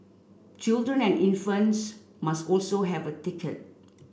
children and infants must also have a ticket